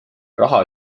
raha